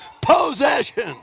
possession